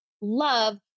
love